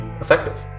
effective